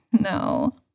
no